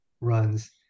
runs